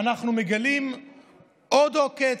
אנחנו מגלים עוד עוקץ,